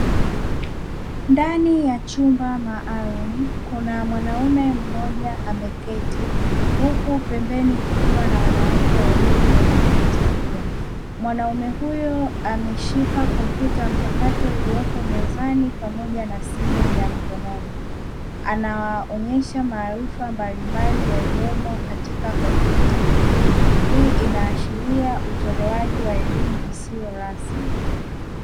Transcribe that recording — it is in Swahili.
Ndani ya chumba maalumu, kuna mwanamume mmoja ameketi huku pembeni kukiwa na wanawake wawili wameketi, pia mwanaume huyo ameshika kompyuta mpakato iliyopo mezani pamoja na simu ya mkononi anawaonyesha maarifa mbalimbali yaliyomo katika kompyuta hiyo hii, inaashiria utolewaji wa elimu isiyo rasmi